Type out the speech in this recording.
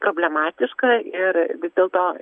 problematiška ir vis dėlto